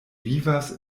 vivas